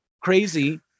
crazy